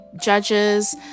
judges